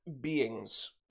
beings